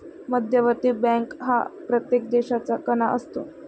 मध्यवर्ती बँक हा प्रत्येक देशाचा कणा असतो